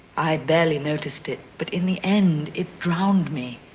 i barely noticed it, but in the end it drowned me.